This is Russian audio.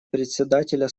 председателя